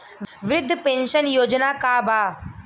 वृद्ध पेंशन योजना का बा?